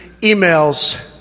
emails